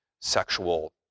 sexual